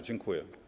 Dziękuję